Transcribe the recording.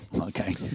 Okay